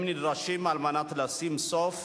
הם נדרשים על מנת לשים סוף